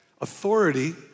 Authority